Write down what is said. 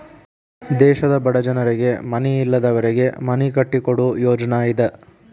ದೇಶದ ಬಡ ಜನರಿಗೆ ಮನಿ ಇಲ್ಲದವರಿಗೆ ಮನಿ ಕಟ್ಟಿಕೊಡು ಯೋಜ್ನಾ ಇದ